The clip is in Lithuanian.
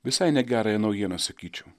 visai ne gerąją naujieną sakyčiau